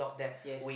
yes